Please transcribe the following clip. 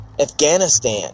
Afghanistan